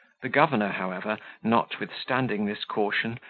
the governor, however, notwithstanding this caution,